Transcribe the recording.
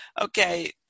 Okay